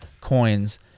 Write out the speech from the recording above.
coins